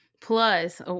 plus